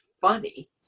funny